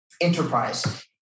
enterprise